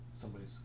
somebody's